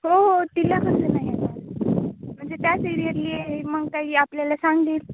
हो हो तिला कसं नाही घेणार म्हणजे त्याच एरियातली आहे मग काही आपल्याला सांगेल